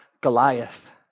Goliath